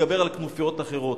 תתגבר על כנופיות אחרות,